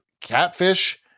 catfish